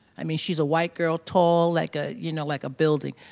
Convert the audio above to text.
i mean, she's a white girl, tall like a, you know, like a building.